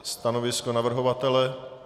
Stanovisko navrhovatele.